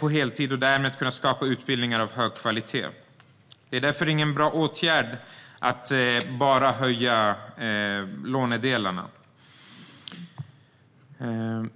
på heltid. Därigenom kan utbildningar med hög kvalitet skapas. Att bara höja lånedelen är därför ingen bra åtgärd.